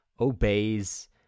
obeys